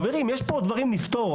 חברים, יש כאן דברים לפתור.